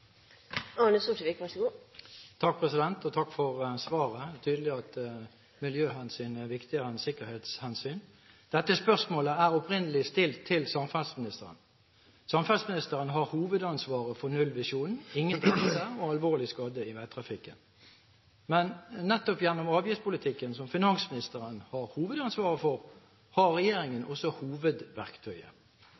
Takk for svaret. Det er tydelig at miljøhensyn er viktigere enn sikkerhetshensyn. Dette spørsmålet er opprinnelig stilt til samferdselsministeren. Samferdselsministeren har hovedansvaret for nullvisjonen: ingen drepte og alvorlig skadde i veitrafikken. Men nettopp gjennom avgiftspolitikken, som finansministeren har hovedansvaret for, har regjeringen